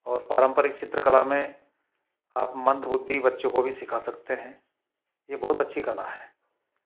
और पारंपरिक चित्रकला में आप मंद बुद्धि बच्चों को भी सिखा सकते हैं ये बहुत अच्छी कला है